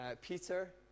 Peter